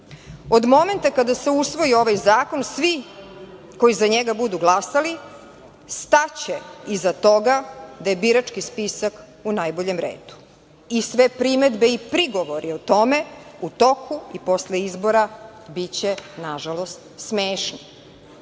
momenta kada se usvoji ovaj zakon svi koji za njega budu glasali staće iza toga da je birački spisak u najboljem redu i sve primedbe i prigovori o tome u toku i posle izbora biće nažalost smešni.I